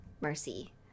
mercy